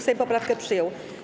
Sejm poprawkę przyjął.